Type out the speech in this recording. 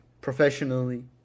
professionally